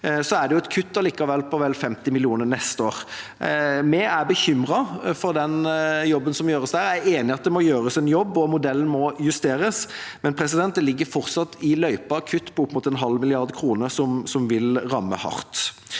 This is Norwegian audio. likevel et kutt på vel 50 mill. kr neste år. Vi er bekymret for den jobben som gjøres der. Jeg er enig i at det må gjøres en jobb, og modellen må justeres, men det ligger fortsatt i løypa kutt på opptil 0,5 mrd. kr, noe som vil ramme hardt.